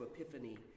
Epiphany